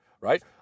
right